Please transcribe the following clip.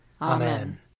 Amen